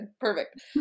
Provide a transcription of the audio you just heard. Perfect